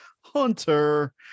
hunter